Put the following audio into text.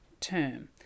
term